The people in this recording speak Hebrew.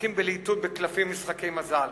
משחקים בלהיטות בקלפים ומשחקי מזל.